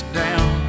down